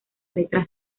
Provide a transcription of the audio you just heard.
letra